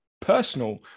personal